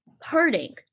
hurting